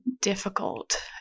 difficult